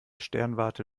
sternwarte